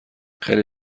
خیلی